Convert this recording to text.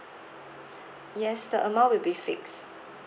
yes the amount will be fixed